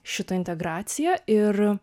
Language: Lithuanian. šitą integraciją ir